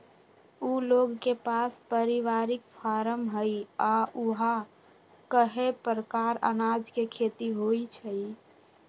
उ लोग के पास परिवारिक फारम हई आ ऊहा कए परकार अनाज के खेती होई छई